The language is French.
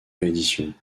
rééditions